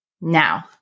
Now